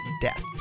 death